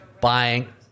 buying